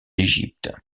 égypte